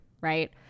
right